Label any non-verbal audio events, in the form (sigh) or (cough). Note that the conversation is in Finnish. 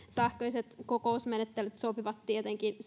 sähköiset kokousmenettelyt sopivat tietenkin (unintelligible)